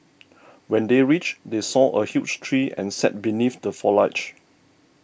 when they reached they saw a huge tree and sat beneath the foliage